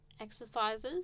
exercises